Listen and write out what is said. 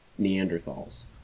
Neanderthals